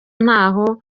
ntaho